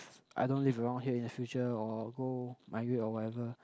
I don't live around here in the future or go migrate or whatever